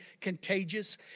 contagious